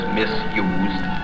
misused